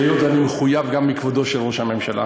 היות שאני מחויב גם בכבודו של ראש הממשלה,